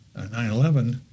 9-11